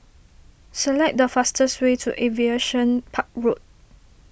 select the fastest way to Aviation Park Road